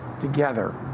together